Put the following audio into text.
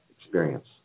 experience